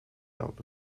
out